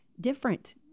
different